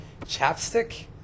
ChapStick